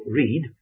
read